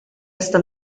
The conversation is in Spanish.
esta